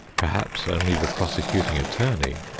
perhaps only the prosecuting attorney,